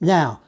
Now